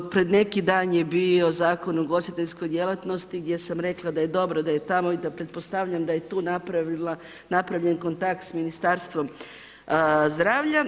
Pred neki dan je bio Zakon o ugostiteljskoj djelatnosti gdje sam rekla da je dobro da je tamo i da pretpostavljam da je tu napravljen kontakt sa Ministarstvom zdravlja.